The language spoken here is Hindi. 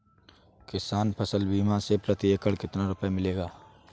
किसान फसल बीमा से प्रति एकड़ कितना रुपया मिलेगा?